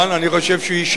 אני חושב שהוא ישרת